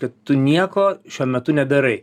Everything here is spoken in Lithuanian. kad tu nieko šiuo metu nedarai